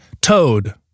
Toad